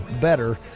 better